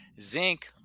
Zinc